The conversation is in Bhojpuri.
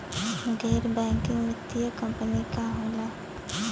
गैर बैकिंग वित्तीय कंपनी का होला?